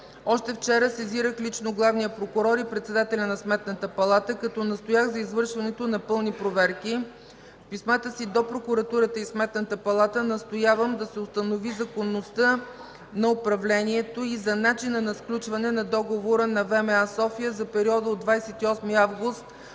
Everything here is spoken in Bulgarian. Още вчера сезирах лично главния прокурор и председателя на Сметната палата като настоях за извършването на пълни проверки. В писмата си до прокуратурата и Сметната палата настоявам да се установи законността на управлението и за начина на сключване на Договора на ВМА – София за периода от 28 август